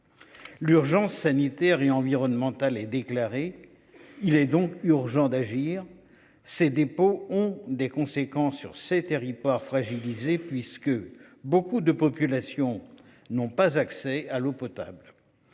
L'urgence sanitaire et environnemental est déclaré. Il est donc urgent d'agir. Ces dépôts ont des conséquences sur ces territoires fragilisés puisque beaucoup de population n'ont pas accès à l'eau potable.